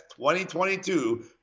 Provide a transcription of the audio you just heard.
2022